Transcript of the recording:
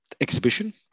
exhibition